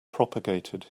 propagated